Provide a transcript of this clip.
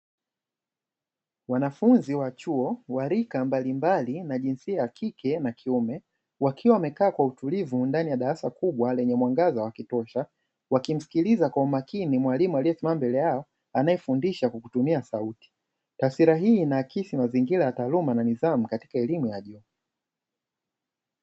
Wanafunzi wa chuo wa rika mbalimbali na jinsia ya kike na kiume wakiwa wamekaa kwa utulivu ndani ya darasa kubwa lenye mwangaza wa kutosha, wakimsikiliza kwa umakini mwalimu mbele yao anayefundisha kwa kutumia sauti, taswira hii inaakisi mazingira ya taaluma na nidhamu katika elimu ya juu.